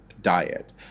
Diet